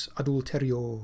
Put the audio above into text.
adulterio